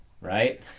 right